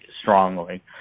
strongly